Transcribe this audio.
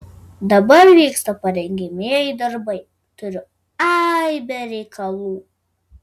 dabar vyksta parengiamieji darbai turiu aibę reikalų